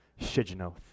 shijanoth